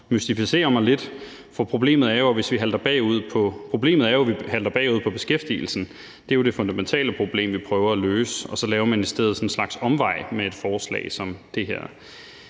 mystificerer mig lidt, for problemet er jo, at vi halter bagud på beskæftigelsen. Det er jo det fundamentale problem, vi prøver at løse, og så laver man i stedet sådan en slags omvej med et forslag som det her.